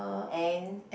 and